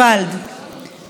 לכנות את ראש הממשלה,